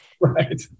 right